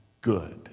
good